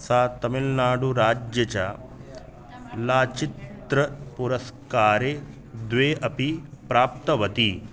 सा तमिल्नाडुराज्यस्य चलचित्रपुरस्कारौ द्वौ अपि प्राप्तवती